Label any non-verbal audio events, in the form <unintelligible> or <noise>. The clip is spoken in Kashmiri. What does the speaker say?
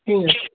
<unintelligible>